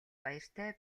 баяртай